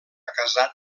casat